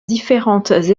différentes